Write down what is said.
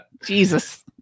Jesus